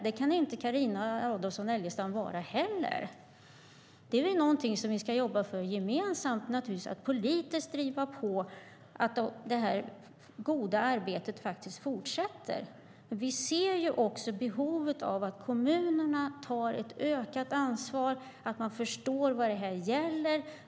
Det kan inte Carina Adolfsson Elgestam vara heller. Det är naturligtvis någonting som vi ska jobba med gemensamt - att politiskt driva på att det här goda arbetet faktiskt fortsätter. Vi ser också behovet av att kommunerna tar ett ökat ansvar, att man förstår vad det här gäller.